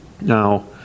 Now